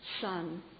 son